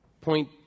Point